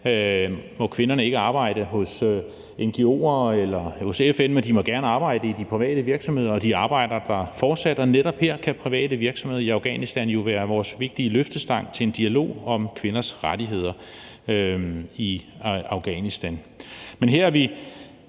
må kvinderne ikke arbejde hos ngo'er eller hos FN, men de må gerne arbejde i de private virksomheder, og de arbejder der fortsat. Netop her kan private virksomheder i Afghanistan jo være vores vigtige løftestang til en dialog om kvinders rettigheder i Afghanistan Men her synes